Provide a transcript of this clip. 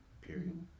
period